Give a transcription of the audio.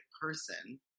person